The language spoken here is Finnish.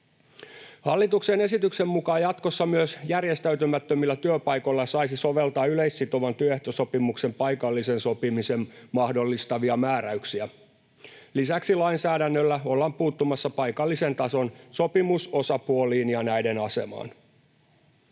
Hallituksen esityksen mukaan jatkossa myös järjestäytymättömillä työpaikoilla saisi soveltaa yleissitovan työehtosopimuksen paikallisen sopimisen mahdollistavia määräyksiä. Lisäksi lainsäädännöllä ollaan puuttumassa paikallisen tason sopimusosapuoliin ja näiden asemaan.